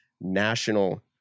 national